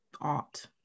art